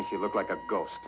if you look like a ghost